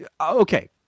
okay